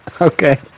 Okay